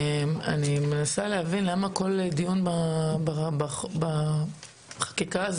אני מנסה להבין למה כל דיון בחקיקה הזאת